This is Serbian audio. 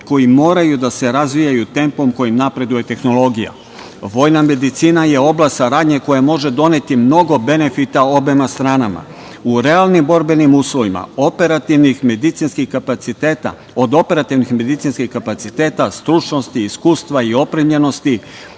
koji moraju da se razvijaju tempom kojim napreduje tehnologija. Vojna medicina je oblast saradnje koja može doneti mnogo benefita obema stranama. U realnim borbenim uslovima od operativnih medicinskih kapaciteta, stručnosti, iskustva i opremljenosti